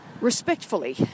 respectfully